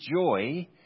joy